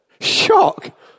Shock